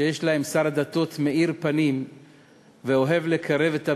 שיש להם שר דתות מאיר פנים ואוהב לקרב את הבריות,